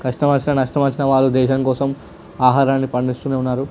కష్టమొచ్చినా నష్టమొచ్చినా వాళ్ళు దేశం కోసం ఆహారాన్ని పండిస్తూనే ఉన్నారు